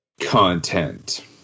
content